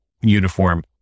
uniform